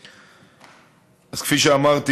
אז כפי שאמרתי,